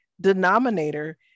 denominator